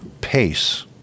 pace